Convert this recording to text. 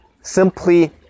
simply